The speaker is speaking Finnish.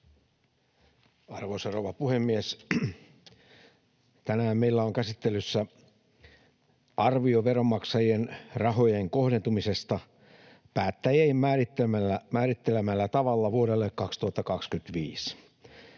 Arvoisa rouva puhemies! Tänään meillä on käsittelyssä arvio veronmaksajien rahojen kohdentumisesta päättäjien määrittelemällä tavalla vuodelle 2025.